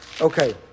Okay